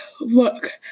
Look